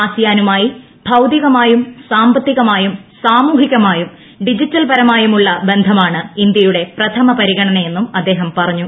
ആസിയാനുമായി ഭൌതികമായും സാന്ധിത്തിക്മായും സാമൂഹികമായും ഡിജിറ്റൽ പരമായും ഉള്ള ബന്ധം ആണ് ഇന്ത്യയുടെ പ്രഥമപരിഗണന എന്നും അദ്ദേഹം പറഞ്ഞു